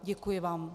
Děkuji vám.